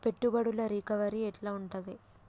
పెట్టుబడుల రికవరీ ఎట్ల ఉంటది?